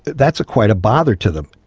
that's quite a bother to them.